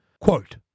Quote